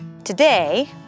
Today